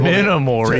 Minimal